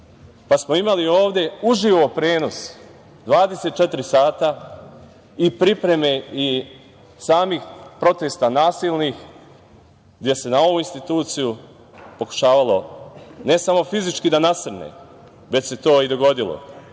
pa smo imali ovde uživo prenos 24 sata i pripreme i samih protesta nasilnih, gde se na ovu instituciju pokušavalo ne samo fizički da nasrne, već se to i dogodilo